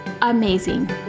amazing